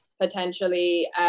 potentially